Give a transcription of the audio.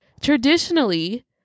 Traditionally